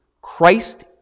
Christ